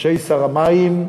אנשי שר המים,